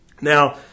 Now